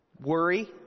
worry